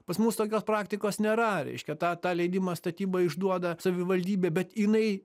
pas mus tokios praktikos nėra reiškia tą tą leidimą statybai išduoda savivaldybė bet jinai